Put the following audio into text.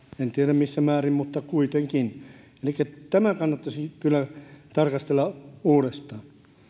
en tiedä missä määrin mutta kuitenkin elikkä tämä kannattaisi kyllä tarkastella uudestaan